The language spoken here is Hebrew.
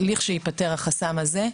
לכשייפתר החסם הזה,